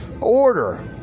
order